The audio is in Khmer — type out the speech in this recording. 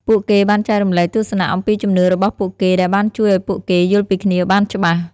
ពួកគេបានចែករំលែកទស្សនៈអំពីជំនឿរបស់ពួកគេដែលបានជួយឲ្យពួកគេយល់ពីគ្នាបានច្បាស់។